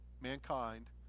mankind